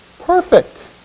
perfect